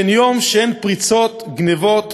אין יום שאין פריצות, גנבות,